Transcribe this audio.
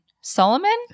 Solomon